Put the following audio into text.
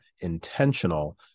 intentional